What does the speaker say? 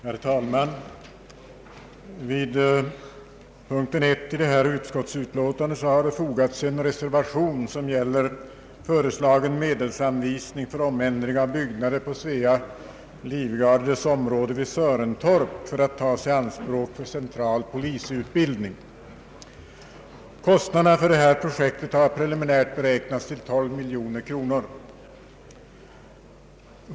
Herr talman! Vid punkten 1 i detta utskottsutlåtande har fogats en reservation. Under denna punkt föreslås att medel anvisas för omändring av byggnader på Svea livgardes område vid Sörentorp, så att de kan tas i anspråk för central polisutbildning. Kostnaderna för projektet har preliminärt beräknats till 12 miljoner kronor.